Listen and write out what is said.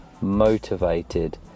motivated